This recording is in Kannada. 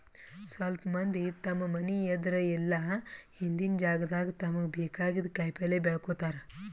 ಸ್ವಲ್ಪ್ ಮಂದಿ ತಮ್ಮ್ ಮನಿ ಎದ್ರ್ ಇಲ್ಲ ಹಿಂದಿನ್ ಜಾಗಾದಾಗ ತಮ್ಗ್ ಬೇಕಾಗಿದ್ದ್ ಕಾಯಿಪಲ್ಯ ಬೆಳ್ಕೋತಾರ್